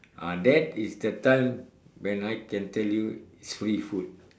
ah that is the time when I can tell you is free food